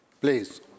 Please